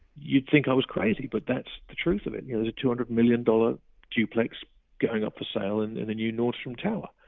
you'd think i was crazy, but that's the truth of it. there's a two hundred million dollars duplex going up for sale in and the new nordstrom tower.